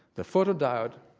the photodiode,